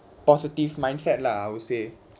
positive mindset lah I would say